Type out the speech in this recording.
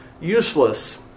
useless